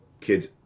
kids